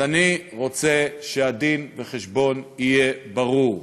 אז אני רוצה שהדין-וחשבון יהיה ברור: